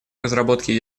разработке